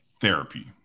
Therapy